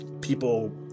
people